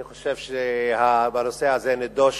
אני חושב שהנושא הזה נדוש,